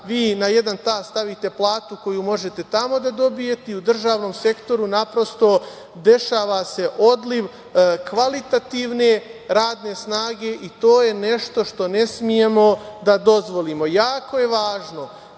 vi na jedan tas stavite platu koju možete tamo da dobijete i u državnom sektoru, naprosto dešava se odliv kvalitativne radne snage i to je nešto što ne smemo da dozvolimo. Jako